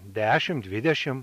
dešim dvidešim